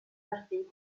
sensi